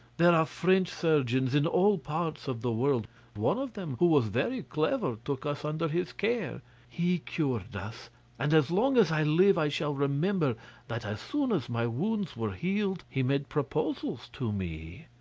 there are french surgeons in all parts of the world one of them who was very clever took us under his care he cured us and as long as i live i shall remember that as soon as my wounds were healed he made proposals to me.